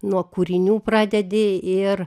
nuo kūrinių pradedi ir